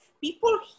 people